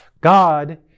god